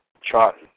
chart